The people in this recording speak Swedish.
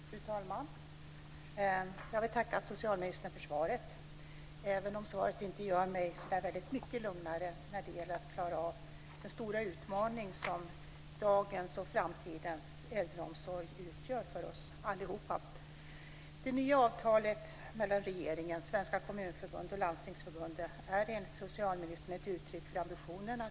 Fru talman! Jag vill tacka socialministern för svaret även om det inte gör mig så väldigt mycket lugnare när det gäller att klara av den stora utmaning som dagens och framtidens äldreomsorg utgör för oss alla. Kommunförbundet och Landstingsförbundet är enligt socialministern ett uttryck för ambitionerna.